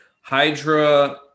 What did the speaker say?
hydra